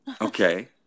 okay